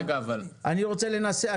אני רוצה לנסח,